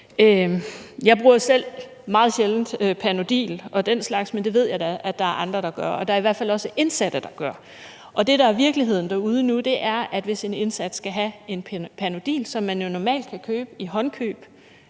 Jeg bruger selv meget sjældent Panodil og den slags, men det ved jeg at der er andre der gør, og det er der i hvert fald også indsatte der gør. Det, der er virkeligheden derude nu, er, at hvis en indsat skal have en Panodil, som man jo normalt kan købe i håndkøb,